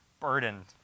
burdened